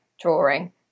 drawing